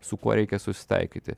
su kuo reikia susitaikyti